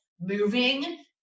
moving